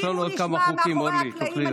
ואם הוא נשמע מאחורי הקלעים,